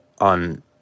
on